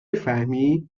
میفهمی